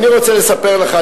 אני רוצה לספר לך,